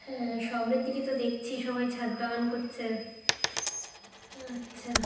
হ্যাঁ শহরের দিকে তো দেখছি সবাই ছাদ বাগান করছে আচ্ছা